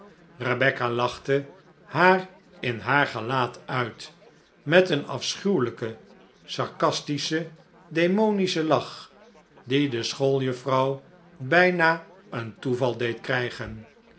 rebecca lachte haar in haar gelaat uit met een afschuwelijken sarcastischen demonischen lach die de schooljuffrouw bijna een toeval deed krijgen